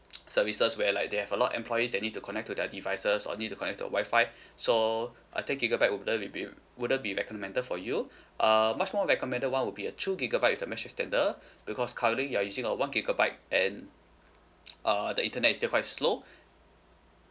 services where like they have a lot employees that need to connect to their devices or need to connect to the Wi-Fi so a ten gigabyte wouldn't it be wouldn't be recommended for you uh much more recommended one would be a two gigabyte with a mesh extender because currently you are using a one gigabyte and uh the internet is still quite slow